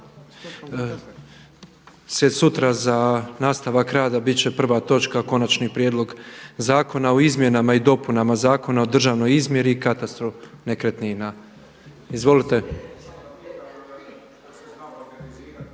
sutra nastavak rada bit će prva točka Konačni prijedlog zakona o izmjenama i dopunama Zakona o državnoj izmjeri i katastru nekretnina. Izvolite.